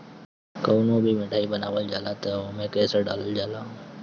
कवनो भी मिठाई बनावल जाला तअ ओमे केसर डालल जाला